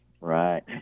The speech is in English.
Right